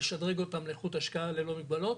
לשדרג אותם לאיכות השקיה ללא מגבלות